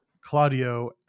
Claudio